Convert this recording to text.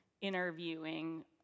interviewing